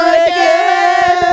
again